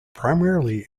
primarily